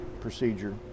procedure